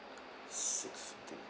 six day